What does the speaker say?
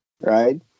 right